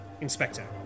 Inspector